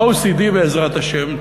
OCD, בעזרת השם.